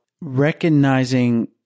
recognizing